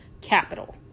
capital